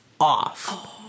off